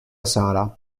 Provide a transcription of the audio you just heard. sala